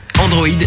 Android